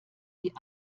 die